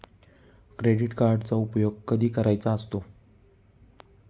Credit कार्डचा उपयोग कधी करायचा असतो?